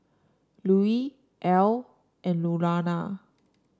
Lucie Ell and Lurana